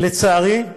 לצערי,